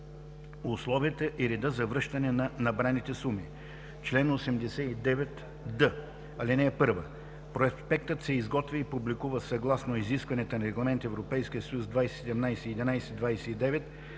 условията и реда за връщане на набраните суми. Чл. 89д. (1) Проспектът се изготвя и публикува съгласно изискванията на Регламент (EС) 2017/1129,